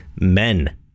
men